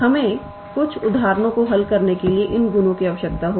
हमें कुछ उदाहरणों को हल करने के लिए इन गुणों की आवश्यकता होगी